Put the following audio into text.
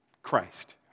Christ